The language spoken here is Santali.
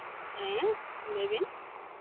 ᱦᱮᱸ ᱞᱟᱹᱭ ᱵᱮᱱ